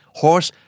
horse